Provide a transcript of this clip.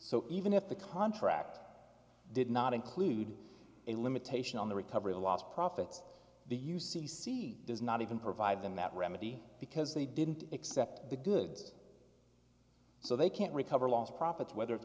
so even if the contract did not include a limitation on the recovery of lost profits the u c c does not even provide them that remedy because they didn't accept the goods so they can't recover lost profits whether it's